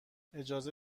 اجازه